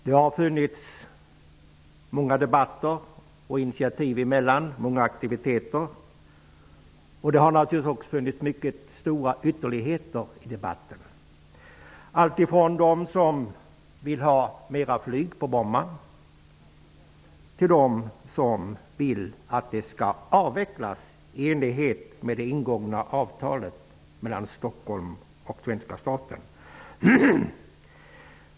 Det har förts många debatter, tagits många initiativ och varit många aktiviteter under dennat tid. Ytterligheterna har naturligtvis också varit mycket stora i debatterna, alltifrån de som vill ha mera flyg på Bromma till dem som vill att flygtrafiken skall avvecklas i enlighet med det ingångna avtalet mellan Stockholm och svenska staten.